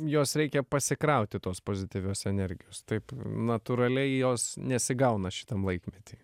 jos reikia pasikrauti tos pozityvios energijos taip natūraliai jos nesigauna šitam laikmety